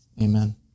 amen